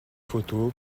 photos